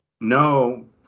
No